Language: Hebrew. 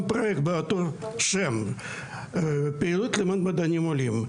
פרוייקט של פעילות למען מדענים עולים.